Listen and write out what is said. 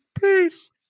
Peace